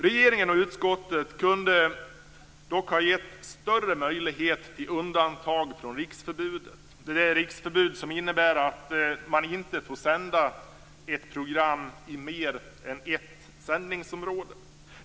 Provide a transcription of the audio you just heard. Regeringen och utskottet kunde dock ha gett större möjligheter till undantag från det riksförbud som innebär att ett program inte får sändas i mer än ett sändningsområde.